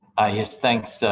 ah yes, thanks,